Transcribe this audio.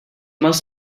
must